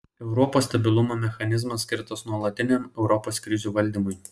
europos stabilumo mechanizmas skirtas nuolatiniam europos krizių valdymui